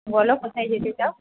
বলো কোথায় যেতে চাও